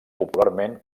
popularment